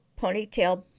ponytail